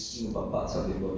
and all these things lor